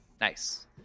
Nice